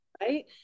right